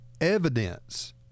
evidence